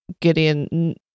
Gideon